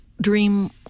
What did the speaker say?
dream